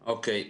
אוקיי.